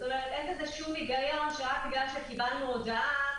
זאת אומרת אין שום היגיון שרק מכיוון שקיבלנו הודעה